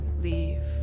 leave